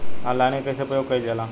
Online के कइसे प्रयोग कइल जाला?